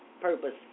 Purpose